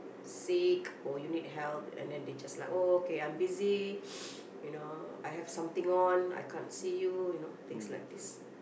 sick or you need help and then they just like oh okay I'm busy you know I have something on I can't see you you know things like this